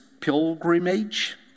pilgrimage